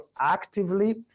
actively